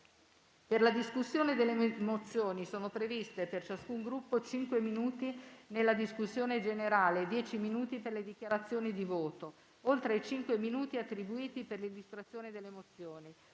Per la discussione delle mozioni sono previsti per ciascun Gruppo cinque minuti nella discussione e dieci minuti per le dichiarazioni di voto, oltre ai cinque minuti attribuiti per l'illustrazione delle mozioni.